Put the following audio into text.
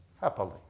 happily